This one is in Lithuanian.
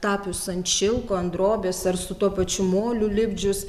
tapius ant šilko ant drobės ar su tuo pačiu moliu lipdžius